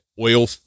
oil